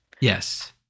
Yes